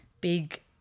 big